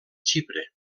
xipre